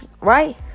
right